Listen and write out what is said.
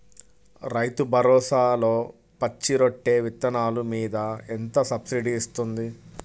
రైతు భరోసాలో పచ్చి రొట్టె విత్తనాలు మీద ఎంత సబ్సిడీ ఇస్తుంది?